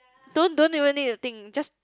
don't don't even need to think just